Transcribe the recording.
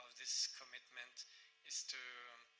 this commitment is to